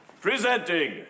presenting